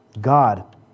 God